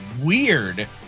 weird